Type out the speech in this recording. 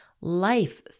life